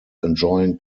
enjoying